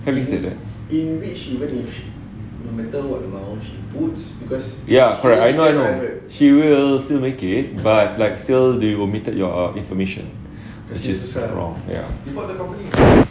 can we say that ya correct I know I know she will still make it by like still you omitted your information that's just wrong yeah